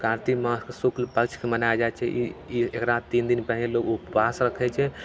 कार्तिक मासके शुक्लपक्षके मनायल जाइ छै ई ई एकरा तीन दिन पहिने लोग उपवास रखय छै